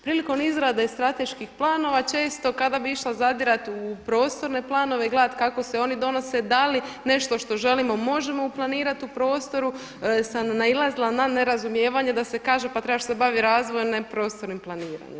Prilikom izrade strateških planova često kada bih išla zadirati u prostorne planove i gledati kako se oni donose da li nešto što želimo možemo uplanirati u prostoru sam nailazila na nerazumijevanje da se kaže, pa trebaš se bavit razvojem, ne prostornim planiranjem.